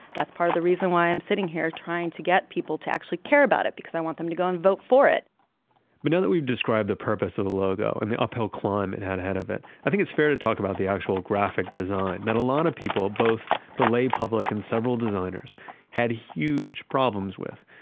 that's part of the reason why i'm sitting here trying to get people to actually care about it because i want them to go and vote for it but now that we've described the purpose of the logo and the uphill climb and had ahead of it, i think it's fair to talk about the actual graphic design that a lot of people both the lay public and several designers had huge problems with.